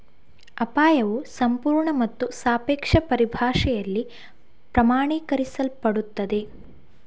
ಅಪಾಯವು ಸಂಪೂರ್ಣ ಮತ್ತು ಸಾಪೇಕ್ಷ ಪರಿಭಾಷೆಯಲ್ಲಿ ಪ್ರಮಾಣೀಕರಿಸಲ್ಪಡುತ್ತದೆ